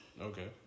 Okay